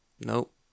Nope